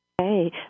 Hey